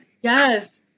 Yes